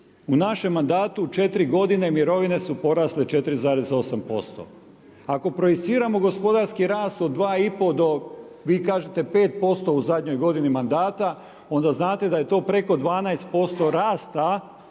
u našem mandatu četiri godine mirovine su porasle 4,8%. Ako projiciramo gospodarski rast od 2 i pol vi kažete 5% u zadnjoj godini mandata, onda znate da je to preko 12% rasta